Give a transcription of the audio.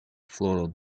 floral